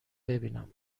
ببینم